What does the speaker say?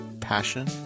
passion